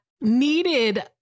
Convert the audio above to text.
needed